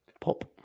Pop